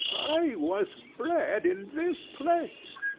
i was bred in this place.